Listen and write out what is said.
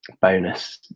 bonus